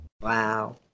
Wow